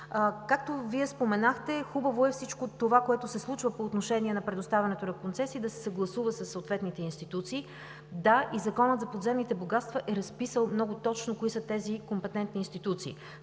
Както Вие споменахте, хубаво е всичко това, което се случва по отношение на предоставянето на концесии, да се съгласува със съответните институции. Да, и Законът за подземните богатства е разписал много точно кои са тези компетентни институции.